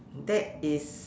that is